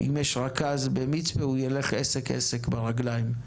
אם יש רכז במצפה הוא ילך עסק-עסק, ברגליים.